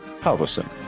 Halverson